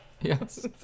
yes